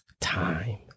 Time